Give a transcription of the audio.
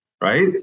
Right